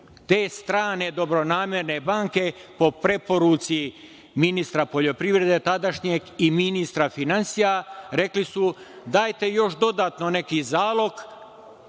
Te strane, dobronamerne banke, po preporuci ministra poljoprivrede tadašnjeg i ministra finansija, rekli su dajte još dodatno neki zalog,